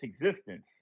existence